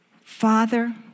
Father